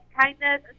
kindness